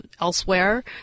elsewhere